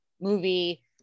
movie